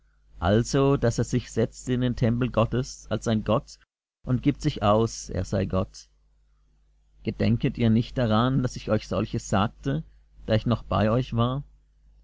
also daß er sich setzt in den tempel gottes als ein gott und gibt sich aus er sei gott gedenket ihr nicht daran daß ich euch solches sagte da ich noch bei euch war